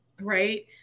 right